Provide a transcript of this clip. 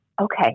okay